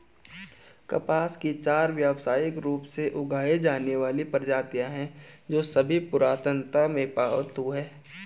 कपास की चार व्यावसायिक रूप से उगाई जाने वाली प्रजातियां हैं, जो सभी पुरातनता में पालतू हैं